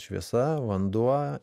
šviesa vanduo